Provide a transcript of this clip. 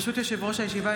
ברשות יושב-ראש הישיבה,